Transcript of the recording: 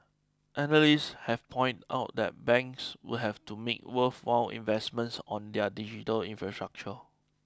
analysts have pointed out that banks would have to make worthwhile investments on their digital infrastructure